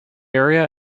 area